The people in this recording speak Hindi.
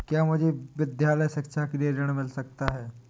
क्या मुझे विद्यालय शिक्षा के लिए ऋण मिल सकता है?